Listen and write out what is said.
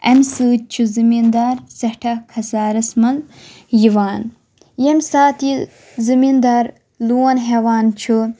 اَمہِ سۭتۍ چھُ زٔمیٖندار سیٚٹھاہ کھسارَس منٛز یِوان ییٚمہِ ساتہٕ یہِ زٔمیٖندار لون ہیٚوان چھُ